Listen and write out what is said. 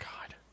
God